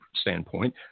standpoint